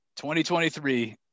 2023